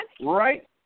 right